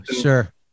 Sure